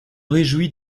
réjouis